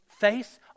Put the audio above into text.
face